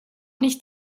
nicht